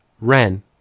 Ren